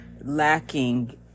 lacking